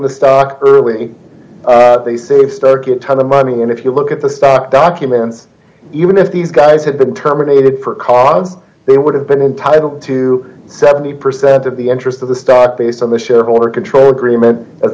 the stock early they saved stock a ton of money and if you look at the stock documents even if these guys had been terminated for cause they would have been entitle to seventy percent of the interest of the stock based on the shareholder control agreement as